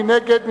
מי נגד?